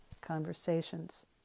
conversations